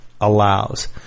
allows